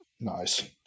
Nice